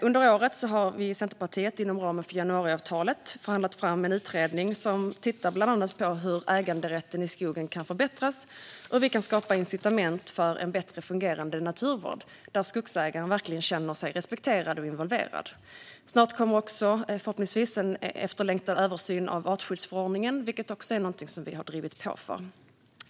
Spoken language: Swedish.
Under året har vi i Centerpartiet inom ramen för januariavtalet förhandlat fram en utredning som tittar bland annat på hur äganderätten i skogen kan förbättras och hur vi kan skapa incitament för en bättre fungerande naturvård där skogsägaren verkligen känner sig respekterad och involverad. Snart kommer förhoppningsvis en efterlängtad översyn av artskyddsförordningen, vilket också är någonting som vi drivit på för.